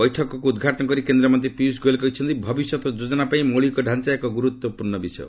ବୈଠକକୁ ଉଦ୍ଘାଟନ କରି କେନ୍ଦ୍ରମନ୍ତ୍ରୀ ପିୟୁଷ ଗୋଏଲ୍ କହିଛନ୍ତି ଭବିଷ୍ୟତ ଯୋଜନାପାଇଁ ମୌଳିକଡାଞ୍ଚା ଏକ ଗୁରୁତ୍ୱପୂର୍ଣ୍ଣ ବିଷୟ